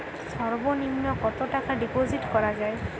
সর্ব নিম্ন কতটাকা ডিপোজিট করা য়ায়?